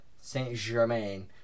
Saint-Germain